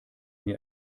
mir